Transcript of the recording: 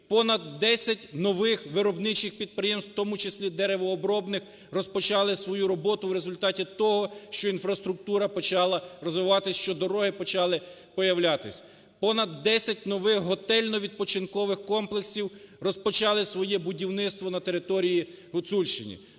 Понад 10 нових виробничих підприємств, в тому числі деревообробних розпочали свою роботу в результаті того що інфраструктура почала розвиватись, що дороги почали появлятись. Понад 10 нових готельно-відпочинкових комплексів розпочали своє будівництво на території Гуцульщини.